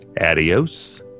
Adios